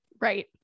Right